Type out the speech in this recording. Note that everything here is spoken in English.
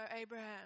Abraham